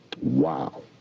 Wow